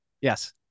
Yes